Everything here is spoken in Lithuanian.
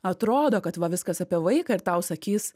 atrodo kad va viskas apie vaiką ir tau sakys